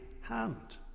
hand